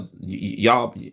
y'all